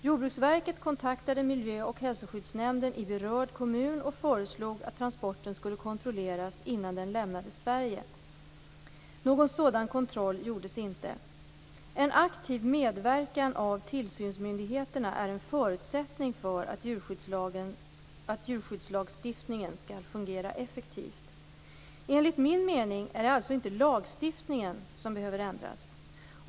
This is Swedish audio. Jordbruksverket kontaktade miljö och hälsoskyddsnämnden i berörd kommun och föreslog att transporten skulle kontrolleras innan den lämnade Sverige. Någon sådan kontroll gjordes inte. En aktiv medverkan av tillsynsmyndigheter är en förutsättning för att djurskyddslagstiftningen skall fungera effektivt. Enligt min mening är det alltså inte lagstiftningen som behöver ändras.